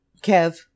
Kev